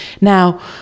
Now